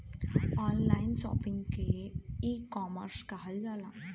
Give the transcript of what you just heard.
online shopping के ecommerce कहल जाला